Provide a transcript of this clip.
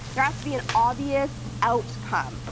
there has to be an obvious outcome.